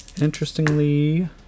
Interestingly